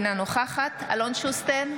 אינה נוכחת אלון שוסטר,